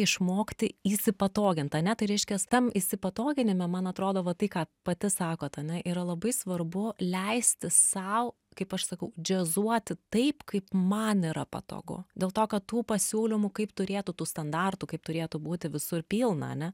išmokti įsipatogint ane tai reiškias tam įsipatoginime man atrodo va tai ką pati sakot ane yra labai svarbu leisti sau kaip aš sakau džiazuoti taip kaip man yra patogu dėl to kad tų pasiūlymų kaip turėtų tų standartų kaip turėtų būti visur pilna ane